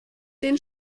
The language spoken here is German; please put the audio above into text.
den